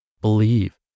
Believe